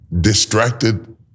distracted